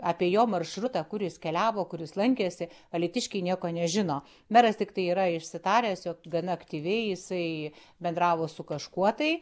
apie jo maršrutą kur jis keliavo kur jis lankėsi alytiškiai nieko nežino meras tiktai yra išsitaręs jog gana aktyviai jisai bendravo su kažkuo tai